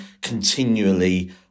continually